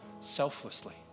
selflessly